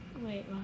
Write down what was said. wait